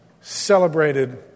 celebrated